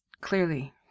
clearly